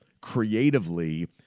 creatively